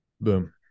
boom